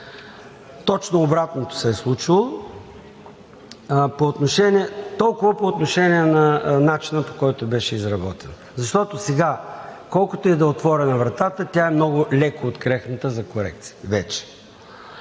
Точно обратното се е случвало. Толкова по отношение на начина, по който беше изработен, защото сега, колкото и да е отворена вратата, тя е много леко открехната за корекции вече.